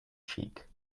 cheek